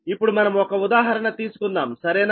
ఇప్పుడు మనం ఒక ఉదాహరణ తీసుకుందాం సరేనా